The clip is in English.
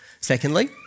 Secondly